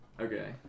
Okay